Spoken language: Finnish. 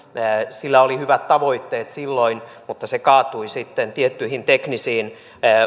sillä oli hyvät tavoitteet silloin mutta se kaatui sitten tiettyihin teknisiin